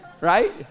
right